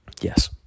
yes